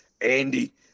Andy